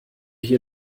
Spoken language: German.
hier